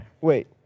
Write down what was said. Wait